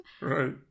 Right